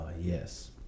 yes